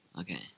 Okay